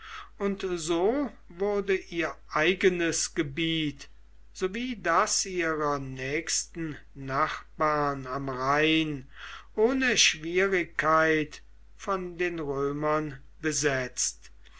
und so wurde ihr eigenes gebiet sowie das ihrer nächsten nachbarn am rhein ohne schwierigkeit von den römern besetzt